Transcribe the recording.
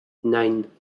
nein